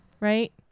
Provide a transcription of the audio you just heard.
right